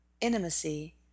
intimacy